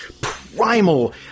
primal